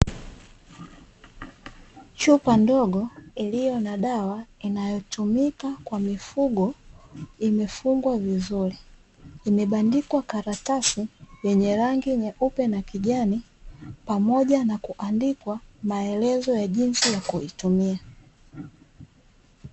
Chupa ndogo iliyo na dawa inayotumika kwa mifugo imefungwa vizuri, imebandikwa karatasi yenye rangi nyeupe na kijani pamoja na kuandikwa maelezo ya jinsi ya kuitumia.